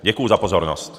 Děkuji za pozornost.